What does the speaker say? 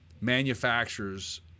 manufacturers